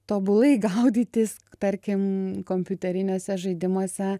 tobulai gaudytis tarkim kompiuteriniuose žaidimuose